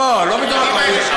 אני מדבר על הילדים האלה,